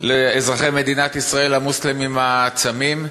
לאזרחי מדינת ישראל המוסלמים הצמים.